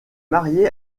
marié